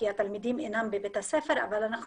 כי התלמידים אינם בבית הספר ואנחנו